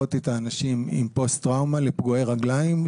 להשוות את האנשים עם פוסט-טראומה לפגועי רגליים,